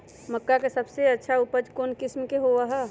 मक्का के सबसे अच्छा उपज कौन किस्म के होअ ह?